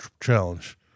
challenge